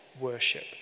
worship